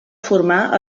formar